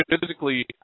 physically